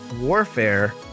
warfare